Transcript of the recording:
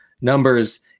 numbers